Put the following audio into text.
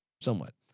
somewhat